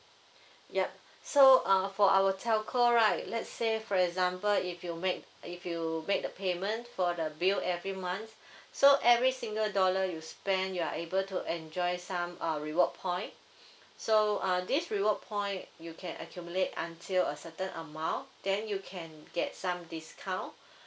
yup so uh for our telco right let's say for example if you make if you make the payment for the bill every month so every single dollar you spend you are able to enjoy some uh reward point so uh this reward point you can accumulate until a certain amount then you can get some discount